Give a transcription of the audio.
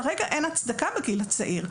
כרגע אין הצדקה בגיל צעיר.